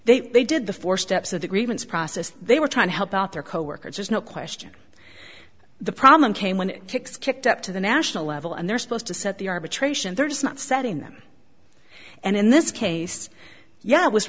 trying they did the four steps of the grievance process they were trying to help out their coworkers there's no question the problem came when it kicks kicked up to the national level and they're supposed to set the arbitration they're just not setting them and in this case yeah